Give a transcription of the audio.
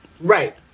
Right